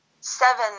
seven